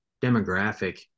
demographic